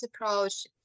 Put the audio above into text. approach